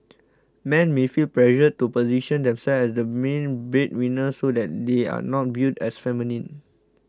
men may feel pressured to position themselves as the main breadwinner so that they are not viewed as feminine